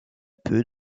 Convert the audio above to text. peu